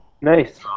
Nice